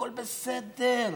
הכול בסדר.